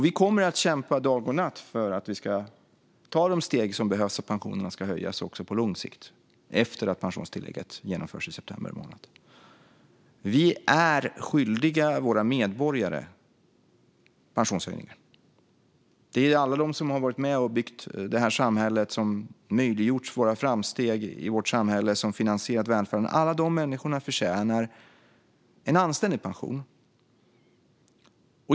Vi kommer att kämpa dag och natt för att vi ska ta de steg som behövs för att pensionerna ska höjas också på lång sikt efter att pensionstillägget genomförs i september månad. Vi är skyldiga våra medborgare pensionshöjningar. Det handlar om alla dem som har varit med och byggt samhället, och som möjliggjort våra framsteg i samhället som finansierat välfärden. Alla de människorna förtjänar en anständig pension.